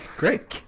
great